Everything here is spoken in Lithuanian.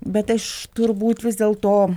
bet aš turbūt vis dėlto